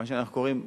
מה שאנחנו קוראים,